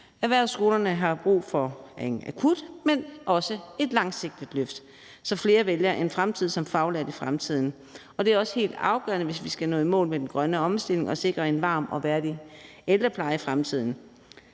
Erhvervsskolerne har brug for ikke kun et akut, men også et langsigtet løft, så flere fremover vælger en fremtid som faglært. Dette er også helt afgørende, hvis vi skal nå i mål med den grønne omstilling og sikre en varm og værdig ældrepleje i fremtiden.